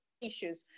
issues